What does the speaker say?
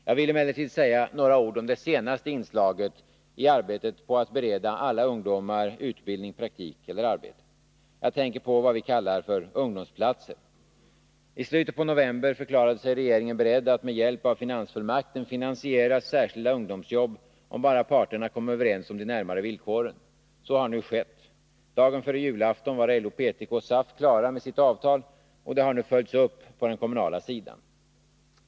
Jag vill emellertid säga några ord om det senaste inslaget i arbetet på att bereda alla ungdomar utbildning, praktik eller arbete. Jag tänker på vad vi kallar för ungdomsplatser. I slutet på november förklarade sig regeringen beredd att med hjälp av finansfullmakten finansiera särskilda ungdomsjobb, om bara parterna kom överens om de närmare villkoren. Så har nu skett. Dagen före julafton var LO/PTK-SAF klara med sitt avtal, och det har nu följts upp på den kommunala sidan.